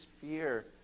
fear